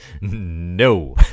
No